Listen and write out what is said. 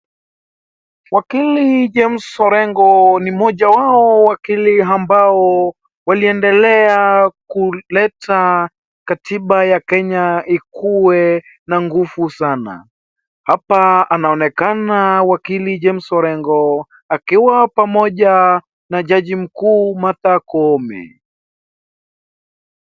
Wakili James Orengo ni mojawao wakili ambao waliendelea kuleta katiba ya kenya ikuwe na nguvu sana. Hapa anaonekana wakili James Orengo akiwa pamoja na jaji mkuu Martha Koome.